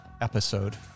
episode